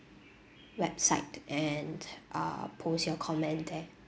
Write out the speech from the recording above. website and uh post your comment there